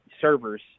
servers